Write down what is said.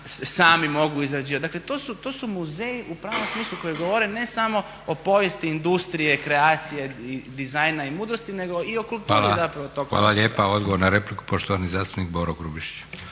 sami mogu izrađivati. Dakle, to su muzeji u pravom smislu koji govori ne samo o povijesti industrije, kreacije i dizajna i mudrosti nego i o kulturi zapravo tog prostora. **Leko, Josip (SDP)** Hvala lijepa. Odgovor na repliku poštovani zastupnik Boro Grubišić.